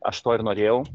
aš to ir norėjau